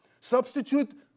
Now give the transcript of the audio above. Substitute